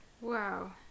wow